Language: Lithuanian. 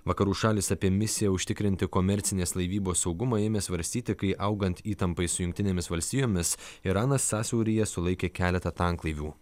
vakarų šalys apie misiją užtikrinti komercinės laivybos saugumą ėmė svarstyti kai augant įtampai su jungtinėmis valstijomis iranas sąsiauryje sulaikė keletą tanklaivių